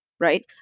right